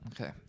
Okay